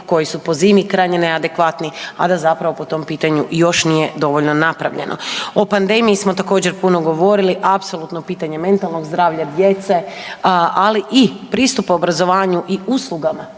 koji su po zimi krajnje neadekvatni, a da zapravo po tom pitanju još nije dovoljno napravljeno. O pandemiji smo također puno govorili, apsolutno pitanje mentalnog zdravlja djece, ali i pristupa obrazovanju i uslugama